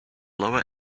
lower